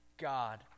God